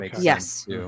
yes